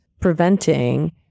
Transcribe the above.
preventing